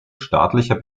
staatlicher